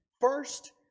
first